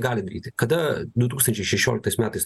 gali daryti kada du tūkstančiai šešlioliktais metais